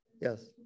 Yes